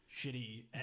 shitty